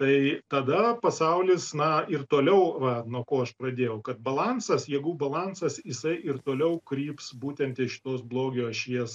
tai tada pasaulis na ir toliau va nuo ko aš pradėjau kad balansas jėgų balansas jisai ir toliau kryps būtent ties šitos blogio ašies